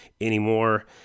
anymore